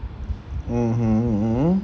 mmhmm